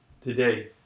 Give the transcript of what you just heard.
today